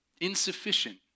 insufficient